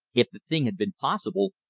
if the thing had been possible,